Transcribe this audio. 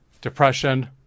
depression